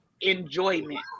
enjoyment